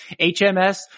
HMS